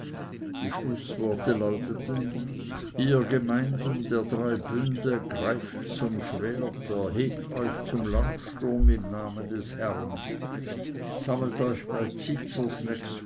die schlußworte lauteten ihr gemeinden der drei bünde greift zum schwert erhebt euch zum landsturm im namen des herrn sammelt euch bei